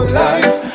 life